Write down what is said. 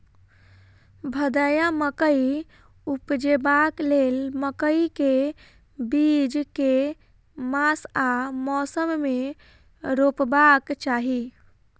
भदैया मकई उपजेबाक लेल मकई केँ बीज केँ मास आ मौसम मे रोपबाक चाहि?